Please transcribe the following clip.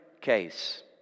case